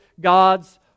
God's